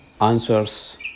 answers